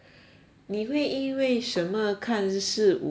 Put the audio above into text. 你会因为什么看是无